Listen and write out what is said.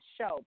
show